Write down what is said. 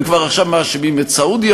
הם עכשיו כבר מאשימים את סעודיה,